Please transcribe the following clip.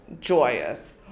joyous